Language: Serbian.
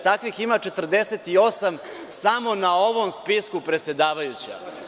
Takvih ima 48, samo na ovom spisku, predsedavajuća.